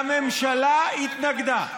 והממשלה התנגדה.